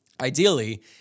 ideally –